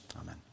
Amen